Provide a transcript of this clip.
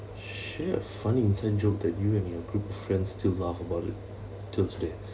share a funny inside joke that you and your group friends still laugh about it till today